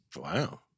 Wow